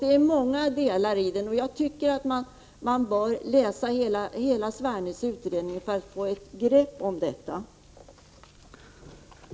Det är många delar i Svernes utredning, och man bör läsa hela utredningen för att få ett grepp om denna fråga.